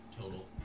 total